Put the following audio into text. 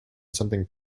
something